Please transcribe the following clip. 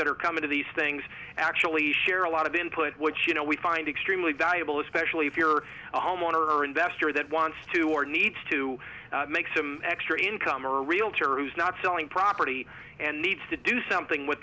that are coming to these things actually share a lot of input which you know we find extremely valuable especially if you're a homeowner or investor that wants to or needs to make some extra income or a realtor who's not selling property and needs to do something with